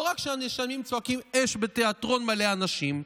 לא רק שהנאשמים צועקים 'אש' בתיאטרון מלא אנשים,